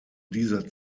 dieser